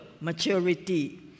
maturity